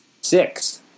six